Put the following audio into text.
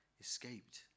escaped